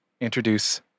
introduce